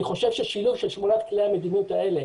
אני חושב ששילוב של שמונת כלי המדיניות האלה,